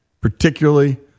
particularly